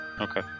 Okay